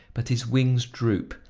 but his wings droop,